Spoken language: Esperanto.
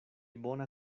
bona